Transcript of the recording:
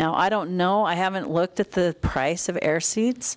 now i don't know i haven't looked at the price of air seats